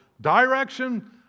direction